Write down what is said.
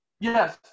Yes